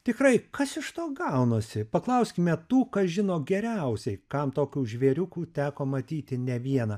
tirkai kas iš to gaunasi paklauskime tų kas žino geriausiai kam tokių žvėriukų teko matyti ne vieną